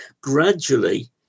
gradually